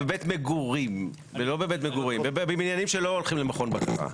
אני שואל על בניינים שלא הולכים למכון בקרה.